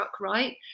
right